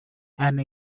and